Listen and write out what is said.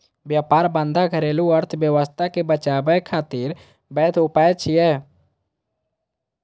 व्यापार बाधा घरेलू अर्थव्यवस्था कें बचाबै खातिर वैध उपाय छियै